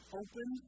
open